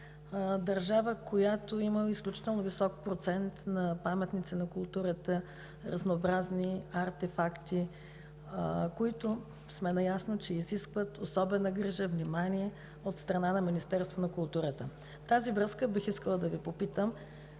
държава, която има изключително висок процент на паметници на културата, разнообразни артефакти, които сме наясно, че изискват особена грижа, внимание от страна на Министерството на културата. В тази връзка бих искала да Ви попитам: